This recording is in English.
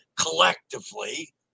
collectively